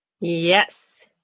Yes